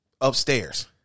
upstairs